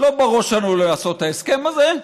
לא בראש שלנו לעשות את ההסכם הזה,